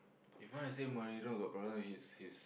if wanna say Mourinho got problem with his his